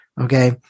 Okay